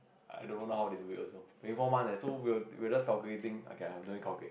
I never know how they do it also twenty four months eh so we were we were just calculating okay ah no need calculate